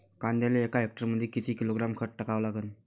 कांद्याले एका हेक्टरमंदी किती किलोग्रॅम खत टाकावं लागन?